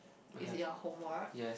is it your homework